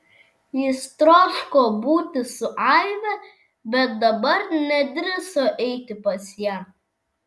jis troško būti su aive bet dabar nedrįso eiti pas ją